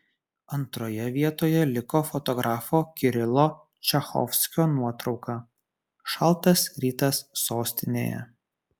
antroje vietoje liko fotografo kirilo čachovskio nuotrauka šaltas rytas sostinėje